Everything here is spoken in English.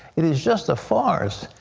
it is just a farce.